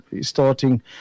starting